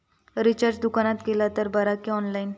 Recharge दुकानात केला तर बरा की ऑनलाइन?